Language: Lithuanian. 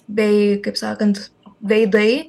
bei kaip sakant veidai